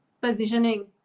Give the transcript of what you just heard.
Positioning